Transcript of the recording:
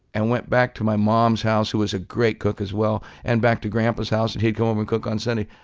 and went back to my mom's house, who was a great cook as well, and back to my grandpa's house. and he'd come home and cook on sunday.